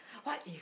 what if